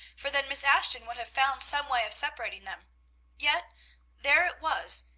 for then miss ashton would have found some way of separating them yet there it was,